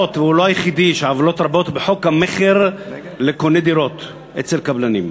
רבותי, הצעת חוק המכר (דירות) (תיקון,